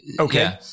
okay